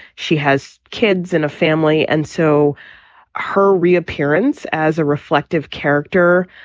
she has kids and a family. and so her reappearance as a reflective character,